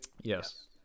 Yes